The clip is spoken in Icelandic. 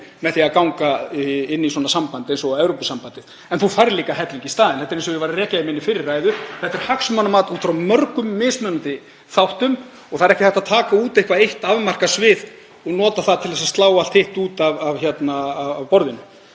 með því að ganga í samband eins og Evrópusambandið en þú færð líka helling í staðinn. Þetta er, eins og ég var að rekja í minni fyrri ræðu, hagsmunamat út frá mörgum mismunandi þáttum og það er ekki hægt að taka út eitthvað eitt afmarkað svið og nota það til að slá allt hitt út af borðinu.